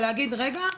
ולהגיד רגע,